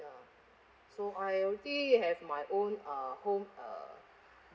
ya so I already have my own uh home uh